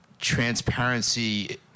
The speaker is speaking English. Transparency